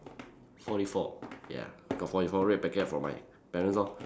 forty four ya I got forty four red packets from my parents lor